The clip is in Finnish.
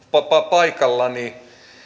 paikallani